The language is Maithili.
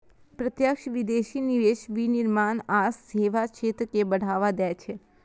प्रत्यक्ष विदेशी निवेश विनिर्माण आ सेवा क्षेत्र कें बढ़ावा दै छै